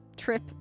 trip